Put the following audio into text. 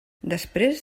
després